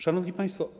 Szanowni Państwo!